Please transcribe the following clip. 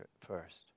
first